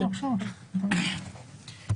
לא, בבקשה, בבקשה.